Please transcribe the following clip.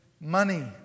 money